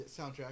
soundtrack